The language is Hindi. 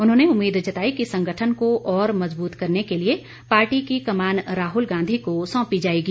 उन्होंने उम्मीद जताई कि संगठन को और मज़बूत करने के लिए पार्टी की कमान राहुल गांधी को सौंपी जाएगी